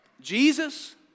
Jesus